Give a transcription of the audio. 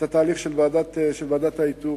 של ועדת האיתור.